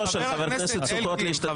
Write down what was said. של חבר הכנסת צבי סוכות להשתתף בדיון.